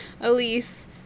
elise